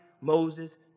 Moses